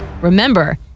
remember